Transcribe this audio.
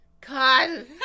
God